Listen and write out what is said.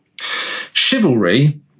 chivalry